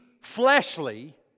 fleshly